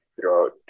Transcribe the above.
throughout